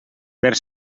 per